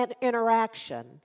interaction